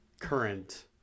current